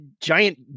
giant